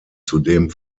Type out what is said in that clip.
zudem